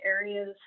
areas